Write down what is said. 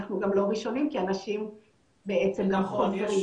אנחנו לא ראשונים כי אנשים גם חוזרים.